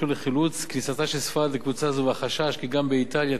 כניסתה של ספרד לקבוצה זו והחשש כי גם איטליה תזדקק לחילוץ